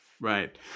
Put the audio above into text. Right